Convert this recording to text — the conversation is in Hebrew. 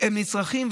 הם נצרכים,